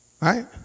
Right